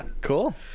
Cool